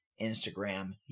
instagram